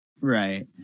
Right